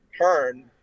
turn